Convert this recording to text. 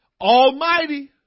Almighty